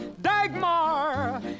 Dagmar